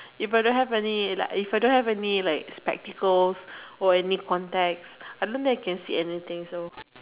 if I don't have any like if I don't have any like spectacles or any contacts I don't think I can see anything so